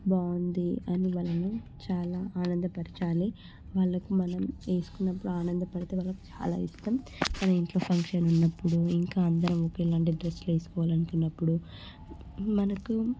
బాగుంది అనవలెను చాలా ఆనందపరచాలి వాళ్ళకు మనం వేసుకున్నప్పుడు ఆనందపడితే వాళ్ళకు చాలా ఇష్టం మన ఇంట్లో ఫంక్షన్ ఉన్నప్పుడు ఇంకా అందరం ఒకేలాంటి డ్రెస్సులు వేసుకోవాలి అనుకున్నప్పుడు మనకు